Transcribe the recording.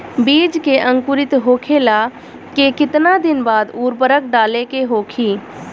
बिज के अंकुरित होखेला के कितना दिन बाद उर्वरक डाले के होखि?